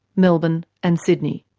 melbourne and sydney.